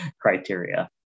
criteria